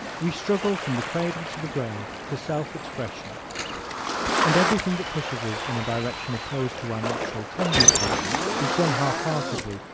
we struggle from the cradle to the grave for self-expression and everything that pushes us in a direction opposed to our natural tendencies is done half-heartedly,